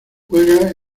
juega